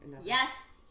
Yes